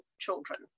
children